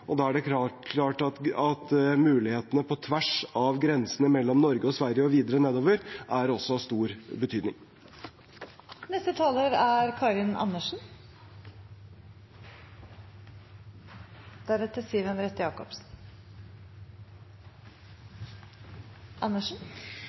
og da er det klart at det at det er muligheter på tvers av grensen mellom Norge og Sverige – og videre nedover – også er av stor betydning. Også jeg er